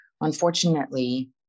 Unfortunately